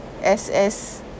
SS